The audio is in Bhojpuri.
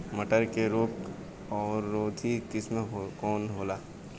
मटर के रोग अवरोधी किस्म कौन होला?